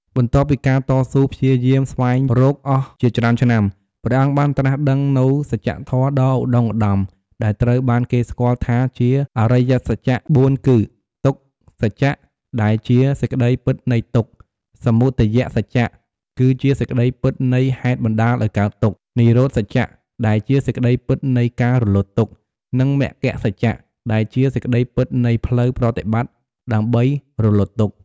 បន្ទាប់ពីការតស៊ូព្យាយាមស្វែងរកអស់ជាច្រើនឆ្នាំ ព្រះអង្គបានត្រាស់ដឹងនូវ សច្ចធម៌ ដ៏ឧត្ដុង្គឧត្ដម ដែលត្រូវបានគេស្គាល់ថាជា អរិយសច្ច ៤គឺ ទុក្ខសច្ច ដែលជា សេចក្ដីពិតនៃទុក្ខ សមុទយសច្ច គឺជាសេចក្ដីពិតនៃហេតុបណ្ដាលឱ្យកើតទុក្ខ និរោធសច្ចដែលជាសេចក្ដីពិតនៃការរលត់ទុក្ខ និងមគ្គសច្ច ដែលជាសេចក្ដីពិតនៃផ្លូវប្រតិបត្តិដើម្បីរលត់ទុក្ខ។